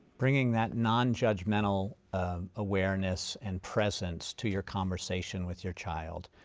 bringing that nonjudgmental um awareness and presence to your conversation with your child.